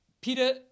Peter